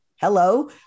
hello